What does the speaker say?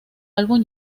álbum